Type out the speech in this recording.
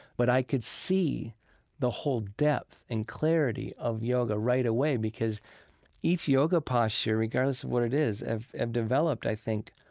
but i could see the whole depth and clarity of yoga right away because each yoga posture, regardless of what it is, have developed, i think,